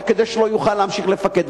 רק כדי שלא יוכל להמשיך לפקד.